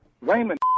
Raymond